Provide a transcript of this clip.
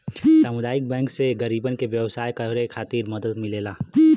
सामुदायिक बैंक से गरीबन के व्यवसाय करे खातिर मदद मिलेला